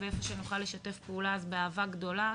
ואיפה שנוכל לשתף פעולה אז באהבה גדולה,